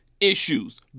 issues